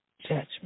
Judgment